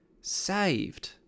saved